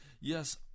Yes